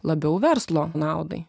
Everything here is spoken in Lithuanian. labiau verslo naudai